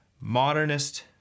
modernist